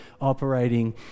operating